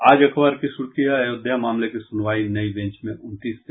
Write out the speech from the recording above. आज अखबार की सुर्खी है अयोध्या मामले की सुनवाई नयी बेंच में उनतीस से